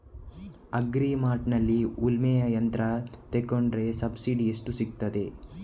Agri ಮಾರ್ಟ್ನಲ್ಲಿ ಉಳ್ಮೆ ಯಂತ್ರ ತೆಕೊಂಡ್ರೆ ಸಬ್ಸಿಡಿ ಎಷ್ಟು ಸಿಕ್ತಾದೆ?